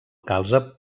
calze